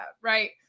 Right